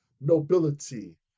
nobility